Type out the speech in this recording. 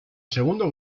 segundo